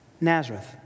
Nazareth